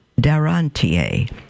Darantier